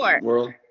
world